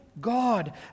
God